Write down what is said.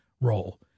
role